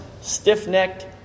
stiff-necked